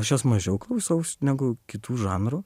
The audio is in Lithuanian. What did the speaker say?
aš jos mažiau klausausi negu kitų žanrų